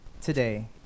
Today